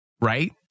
right